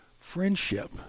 friendship